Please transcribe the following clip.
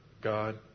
God